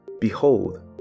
Behold